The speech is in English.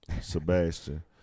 Sebastian